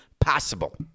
possible